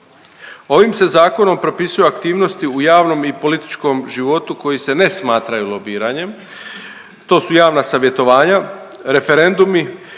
Ovim se Zakonom propisuju aktivnosti u javnom i političkom životu koji se ne smatraju lobiranjem, to su javna savjetovanja, referendumi,